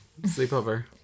Sleepover